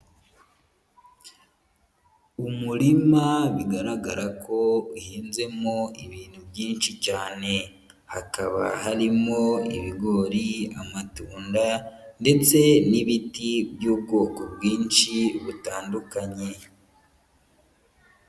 Umurima bigaragara ko uhinzemo ibintu byinshi cyane, hakaba harimo ibigori, amatunda ndetse n'ibiti by'ubwoko bwinshi butandukanye.